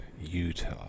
Utah